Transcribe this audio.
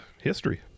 history